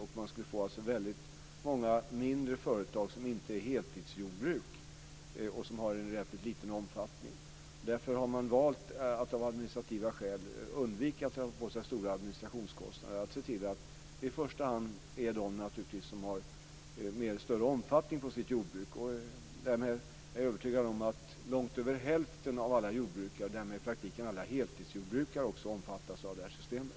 Man skulle alltså få väldigt många mindre företag som inte är heltidsjordbruk och som har en rätt liten omfattning. Därför har man av administrativa skäl valt att undvika att dra på sig stora administrationskostnader och sett till att systemet i första hand omfattar de som har större omfattning på sitt jordbruk. Jag är övertygad om att långt över hälften av alla jordbrukare och därmed i praktiken också alla heltidsjordbrukare omfattas av det här systemet.